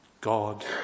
God